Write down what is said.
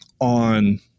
on